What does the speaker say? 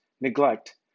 neglect